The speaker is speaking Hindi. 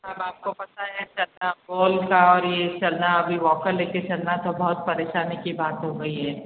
अब आप को पता है चलना पोल का और ये चलना अभी वाकर ले कर चलना तो बोहुत परेशानी की बात हो गई है